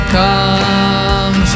come